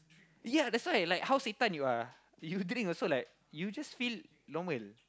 yeah that's why I like how say time you are you drink also like you just feel like normal